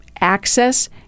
access